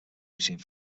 between